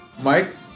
Mike